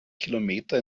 kilometer